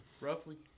roughly